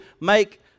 make